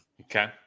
okay